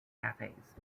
cafes